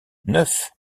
neuf